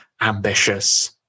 ambitious